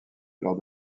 lors